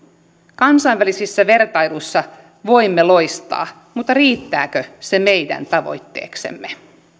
kansainvälisissä vertailuissa voimme loistaa mutta riittääkö se meidän tavoitteeksemme